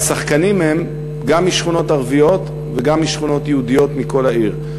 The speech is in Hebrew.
והשחקנים הם גם משכונות ערביות וגם משכונות יהודיות מכל העיר.